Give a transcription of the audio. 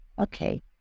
Okay